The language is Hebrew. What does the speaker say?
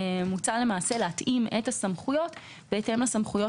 מוצע להתאים את הסמכויות בהתאם לסמכויות